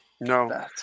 No